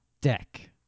Deck